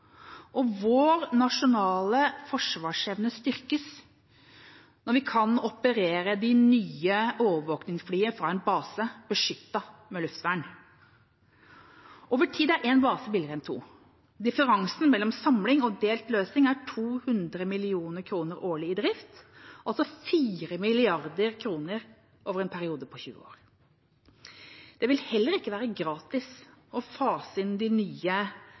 og vår nasjonale forsvarsevne styrkes når vi kan operere det nye overvåkningsflyet fra en base beskyttet med luftvern. Over tid er én base billigere enn to. Differansen mellom samling og delt løsning er 200 mill. kr årlig i drift, altså 4 mrd. kr over en periode på 20 år. Det vil heller ikke være gratis å fase inn de nye